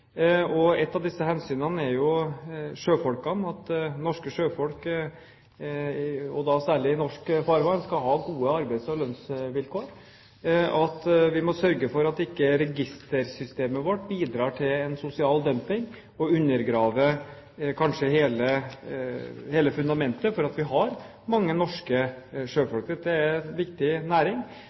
hensyn. Et av disse hensynene er at norske sjøfolk, og da særlig i norsk farvann, skal ha gode arbeids- og lønnsvilkår. Vi må sørge for at ikke registersystemet vårt bidrar til sosial dumping og undergraver kanskje hele fundamentet for at vi har mange norske sjøfolk. Dette er en viktig næring,